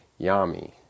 Yami